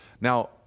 Now